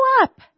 up